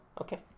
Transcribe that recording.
Okay